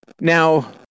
Now